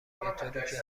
بطوریکه